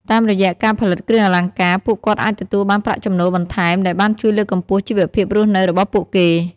តាមរយៈការផលិតគ្រឿងអលង្ការ ពួកគាត់អាចទទួលបានប្រាក់ចំណូលបន្ថែម ដែលបានជួយលើកកម្ពស់ជីវភាពរស់នៅរបស់ពួកគេ។